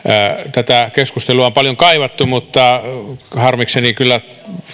tätä keskustelua on paljon kaivattu mutta harmikseni kyllä